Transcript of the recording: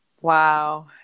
Wow